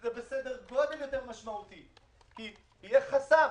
זה בסדר גודל יותר משמעותי, כי יהיה חסם.